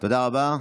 תודה רבה.